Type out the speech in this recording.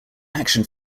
action